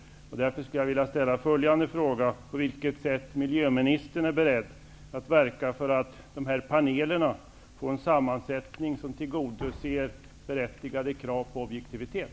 Därför skulle jag vilja ställa följande fråga: På vilket sätt är miljöministern beredd att verka för att denna panel får en sammansättning som tillgodoser berättigade krav på objektivitet?